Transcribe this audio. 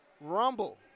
Rumble